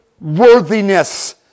worthiness